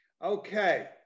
Okay